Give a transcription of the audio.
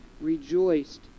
rejoiced